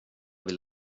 vill